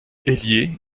ailier